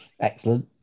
Excellent